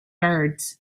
birds